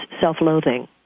self-loathing